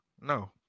no